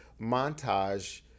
montage